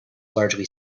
largely